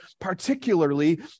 particularly